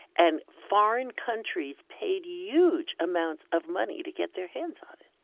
and foreign countries paid huge amounts of money to get their hands on it.